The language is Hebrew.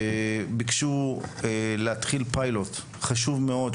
ביקשו להתחיל בפיילוט חשוב מאוד,